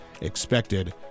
expected